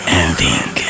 ending